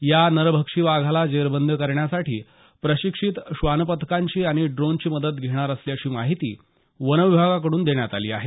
या नरभक्षी वाघाला जेरबंद करण्यासाठी प्रशिक्षित श्वानपथकाची आणि ड्रोन ची मदत घेणार असल्याची माहिती वनविभागाकड्रन देण्यात आली आहे